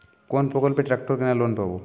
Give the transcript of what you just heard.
কোন প্রকল্পে ট্রাকটার কেনার লোন পাব?